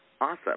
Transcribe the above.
awesome